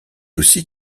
aussi